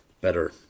better